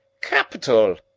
capital!